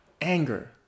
anger